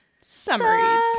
Summaries